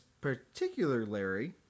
particularly